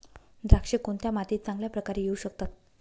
द्राक्षे कोणत्या मातीत चांगल्या प्रकारे येऊ शकतात?